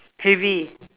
heavy